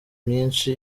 myinshi